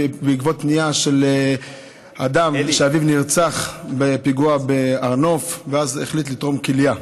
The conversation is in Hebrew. בעקבות פנייה של אדם שאביו נרצח בפיגוע בהר נוף ואז החליט לתרום כליה.